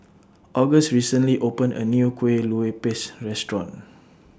August recently opened A New Kue Lupis Restaurant